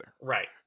Right